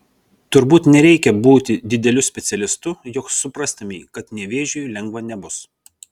turbūt nereikia būti dideliu specialistu jog suprastumei kad nevėžiui lengva nebus